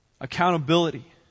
Accountability